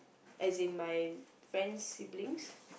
as in my friend's siblings